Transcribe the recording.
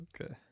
okay